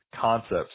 concepts